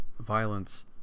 violence